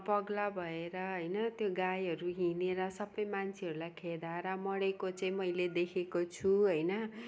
पगला भएर होइन त्यो गाईहरू हिँडेर सबै मान्छेहरूलाई खेदाएर मरेको चाहिँ मैले देखेको छु होइन